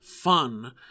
Fun